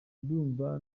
ndumva